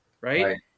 Right